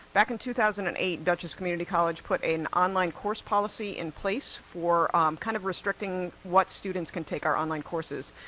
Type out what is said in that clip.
back in two thousand and eight dutchess community college put an an online course policy in place for um kind of restricting what students can take our online courses.